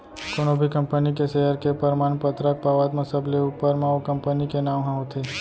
कोनो भी कंपनी के सेयर के परमान पतरक पावत म सबले ऊपर म ओ कंपनी के नांव ह होथे